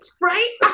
Right